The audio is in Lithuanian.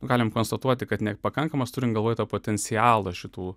galim konstatuoti kad nepakankamas turint galvoj tą potencialą šitų